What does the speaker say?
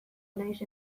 naiz